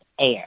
air